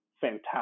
fantastic